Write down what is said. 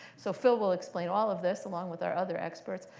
so phil will explain all of this, along with our other experts.